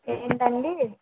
ఏంటండీ